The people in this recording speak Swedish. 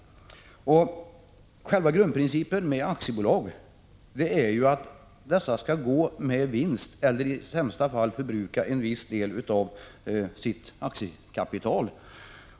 Själva grundprincipen med aktiebolag är ju att dessa skall gå med vinst eller, i sämsta fall, förbruka en viss del av sitt aktiekapital.